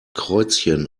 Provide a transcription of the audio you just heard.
kreuzchen